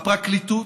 הפרקליטות,